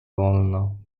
wolno